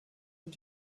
und